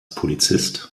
polizist